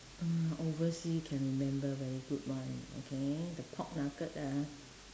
uh oversea can remember very good one okay the pork nugget ah